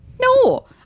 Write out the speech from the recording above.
no